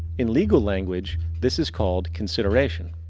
in legal language this is called consideration